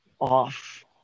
off